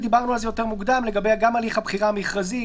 בתקופה הראשונה של 56 ימים זה מגיע ולא חייבים את אישור הוועדה.